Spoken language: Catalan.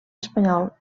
espanyol